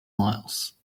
miles